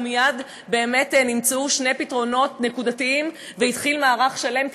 ומייד באמת נמצאו שני פתרונות נקודתיים והתחיל מערך שלם.